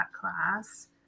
class